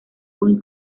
muy